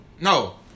No